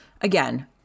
again